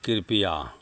कृपया